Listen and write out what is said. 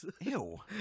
Ew